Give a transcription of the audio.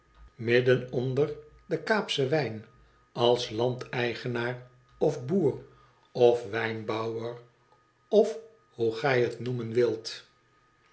vriend den kaapschen wijn als landeigenaar of boer of wijnbouwer of hoe gij het noemen wilt